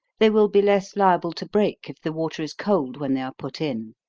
they will be less liable to break if the water is cold when they are put in.